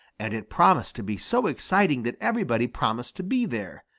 and it promised to be so exciting that everybody promised to be there,